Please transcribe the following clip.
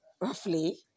roughly